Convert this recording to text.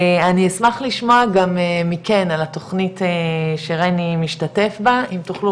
אני אשמח לשמוע גם מכן על התוכנית שרני משתתף בה אם תוכלו